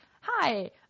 hi